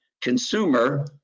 consumer